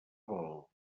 vol